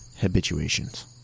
habituations